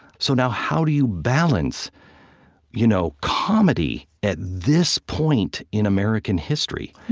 so now, how do you balance you know comedy at this point in american history?